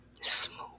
smooth